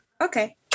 Okay